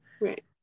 Right